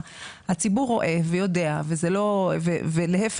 הציבור רואה ויודע ולהיפך,